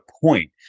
point